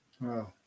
Wow